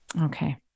okay